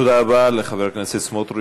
תודה רבה לחבר הכנסת סמוטריץ.